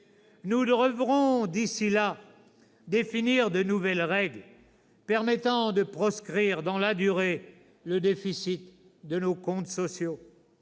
Nous devrons d'ici là définir de nouvelles règles permettant de proscrire dans la durée le déficit de nos comptes sociaux.